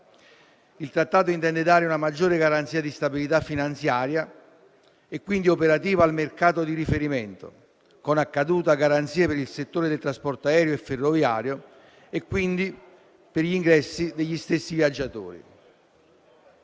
Il Trattato intende dare una maggiore garanzia di stabilità finanziaria e, quindi, operativa al mercato di riferimento con - a caduta - garanzie per il settore del trasporto aereo e ferroviario e, pertanto, per gli ingressi degli stessi viaggiatori.